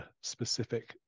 specific